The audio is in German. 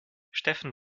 steffen